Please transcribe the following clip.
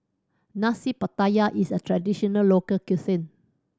Nasi Pattaya is a traditional local cuisine